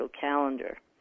calendar